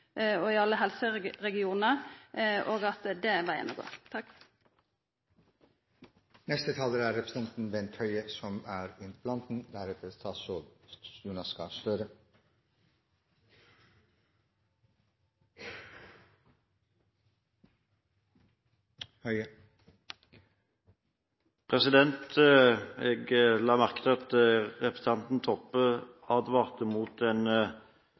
og i alle helseregionar, og at det er vegen å gå. Jeg la merke til at representanten Toppe advarte mot en ny type stilling i helsevesenet som skal finne fram blant helsepersonell. Slik jeg